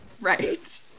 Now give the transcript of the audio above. Right